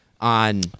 on –